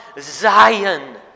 Zion